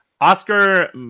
Oscar